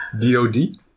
D-O-D